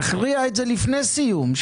תכריע את זה לפני סיום.